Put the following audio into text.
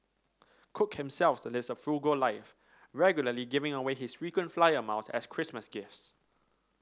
cook himself lives a frugal life regularly giving away his frequent flyer miles as Christmas gifts